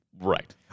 Right